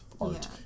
art